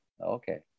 Okay